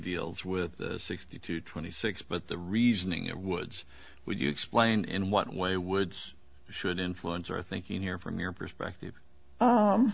deals with sixty two twenty six but the reasoning of woods would you explain in what way woods should influence our thinking here from your perspective